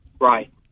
right